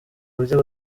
buryo